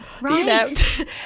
Right